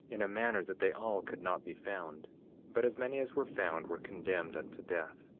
in a manner that they all could not be found but as many as were found were condemned unto death.